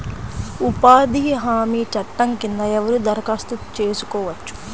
ఉపాధి హామీ చట్టం కింద ఎవరు దరఖాస్తు చేసుకోవచ్చు?